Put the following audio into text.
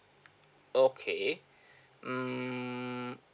okay mm